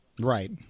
right